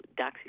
doxycycline